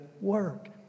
work